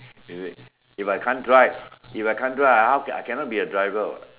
you see if I can't drive I cannot be a driver what